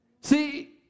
See